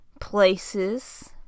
places